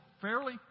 fairly